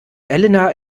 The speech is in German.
elena